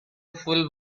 full